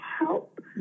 help